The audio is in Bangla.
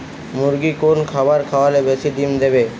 মুরগির কোন খাবার খাওয়ালে বেশি ডিম দেবে?